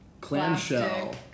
clamshell